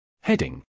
Heading